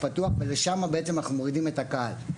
פתוח ולשם בעצם אנחנו מורידים את הקהל.